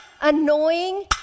annoying